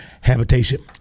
habitation